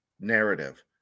narrative